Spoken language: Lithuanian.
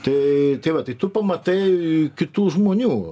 tai tai va tai tu pamatai kitų žmonių